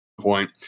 point